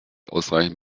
ausreichend